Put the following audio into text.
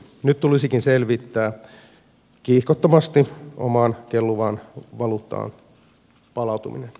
nyt tulisikin selvittää kiihkottomasti omaan kelluvaan valuuttaan palaaminen